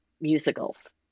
musicals